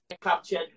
captured